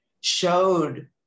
showed